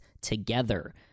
together